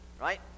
right